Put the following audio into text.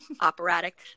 operatic